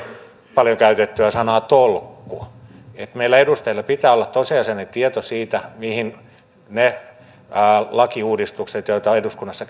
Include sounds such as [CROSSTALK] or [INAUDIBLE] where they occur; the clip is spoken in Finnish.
paljon käytettyä sanaa tolkku meillä edustajilla pitää olla tosiasiallinen tieto siitä mihin ne lakiuudistukset joita eduskunnassa [UNINTELLIGIBLE]